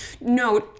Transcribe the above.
No